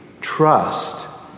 trust